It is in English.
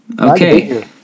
Okay